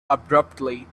abruptly